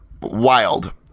wild